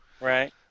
Right